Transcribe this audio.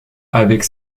avec